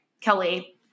Kelly